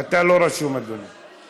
אתה לא רשום, אדוני.